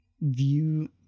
view